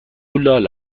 لال